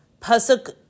Pasuk